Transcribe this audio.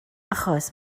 achos